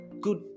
good